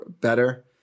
better